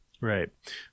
Right